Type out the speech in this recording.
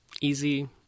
Easy